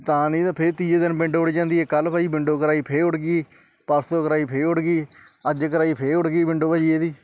ਤਾਂ ਨਹੀਂ ਤਾਂ ਫਿਰ ਤੀਜੇ ਦਿਨ ਵਿੰਡੋ ਉੜ ਜਾਂਦੀ ਕੱਲ੍ਹ ਭਾਅ ਜੀ ਵਿੰਡੋ ਕਰਵਾਈ ਫਿਰ ਉੜ ਗਈ ਪਰਸੋਂ ਕਰਵਾਈ ਫਿਰ ਉੜ ਗਈ ਅੱਜ ਕਰਵਾਈ ਫਿਰ ਉੜ ਗਈ ਵਿੰਡੋ ਭਾਅ ਜੀ ਇਹਦੀ